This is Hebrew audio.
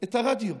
את הרדיו.